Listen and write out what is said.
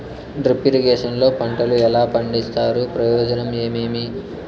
Drip irrigation లో పంటలు ఎలా పండిస్తారు ప్రయోజనం ఏమేమి?